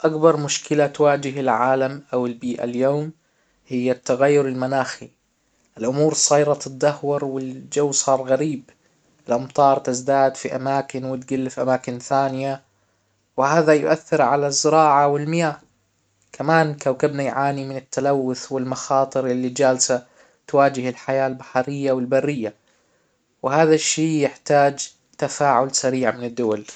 اكبر مشكلة تواجه العالم او البيئة اليوم هي التغير المناخي الامور صايرة تتدهور والجو صار غريب الامطار تزداد في اماكن وتقل في اماكن ثانية وهذا يؤثر على الزراعة والمياه كمان كوكبنا يعاني من التلوث والمخاطر اللي جالسة تواجه الحياة البحرية والبرية وهذا الشي يحتاج تفاعل سريع من الدول